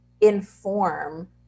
inform